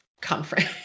conference